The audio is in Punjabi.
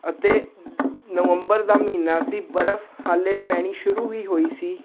ਅਤੇ ਨਵੰਬਰ ਦਾ ਮਹੀਨਾ ਸੀ ਬਰਫ ਹਾਲੇ ਪੈਣੀ ਸ਼ੁਰੂ ਹੀ ਹੋਈ ਸੀ